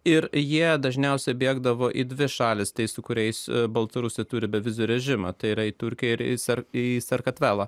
ir jie dažniausiai bėgdavo į dvi šalys tai su kuriais baltarusiai turi be vizų režimą tai yra turkija ir jis ar į sakartvelą